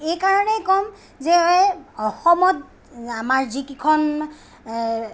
এইকাৰণেই ক'ম যে অসমত আমাৰ যিকেইখন